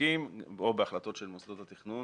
בחוקים או בהחלטות של מוסדות התכנון